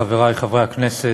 חברי חברי הכנסת,